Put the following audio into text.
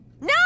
No